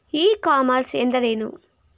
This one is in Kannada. ಇ ಕಾಮರ್ಸ್ ಎಂದರೇನು?